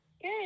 Good